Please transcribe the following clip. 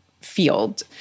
field